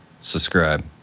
subscribe